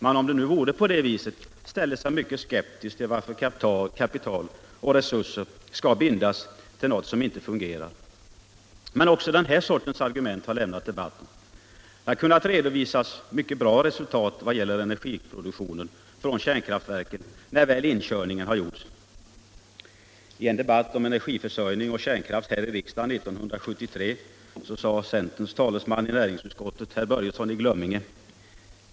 man — om det nu vore på det viset — ställer sig mycket skeptisk till varför kapital och resurser skall bindas till något som inte fungerar. Men också den här sortens argument har lämnat debatten. Det har kunnat redovisas mycket bra resultat i vad gäller energiproduktionen från kärnkraftverken när väl inkörningen har gjorts. I en debatt om energiförsörjning och kärnkraft här i riksdagen 1973 sade centerpartiets talesman i näringsutskottet herr Börjesson i Glömminge följande.